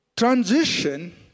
Transition